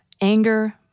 anger